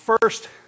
First